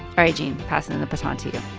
all right, gene. passing the baton to you